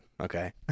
Okay